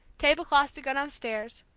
table cloths to go downstairs,